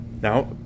Now